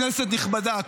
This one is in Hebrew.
כנסת נכבדה,